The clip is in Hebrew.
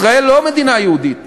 ישראל לא מדינה יהודית,